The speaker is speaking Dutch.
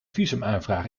visumaanvraag